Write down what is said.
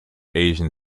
asian